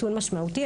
משמעותי.